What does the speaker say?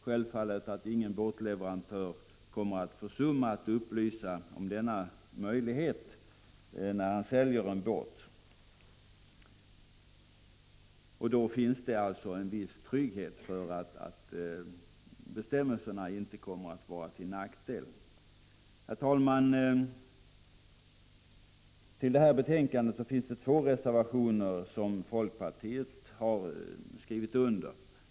Självfallet kommer då ingen båtleverantör att försumma att upplysa om denna möjlighet när han säljer en båt. Då finns det en viss trygghet för att bestämmelserna inte kommer att vara till nackdel. Prot. 1985/86:53 Herr talman! Till detta betänkande har fogats två reservationer, som 17 december 1985 = folkpartiets företrädare i utskottet har skrivit under.